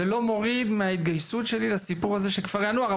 זה לא מוריד מההתגייסות שלי לסיפור הזה של כפרי הנוער.